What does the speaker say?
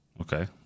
Okay